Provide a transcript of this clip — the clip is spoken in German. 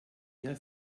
ihr